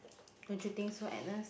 don't you think so Agnes